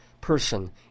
person